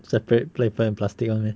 separate paper and plastic [one] meh